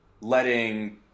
letting